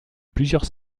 plusieurs